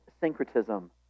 syncretism